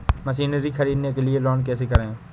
Machinery ख़रीदने के लिए लोन कैसे करें?